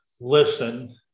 listen